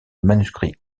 manuscrits